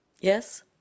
yes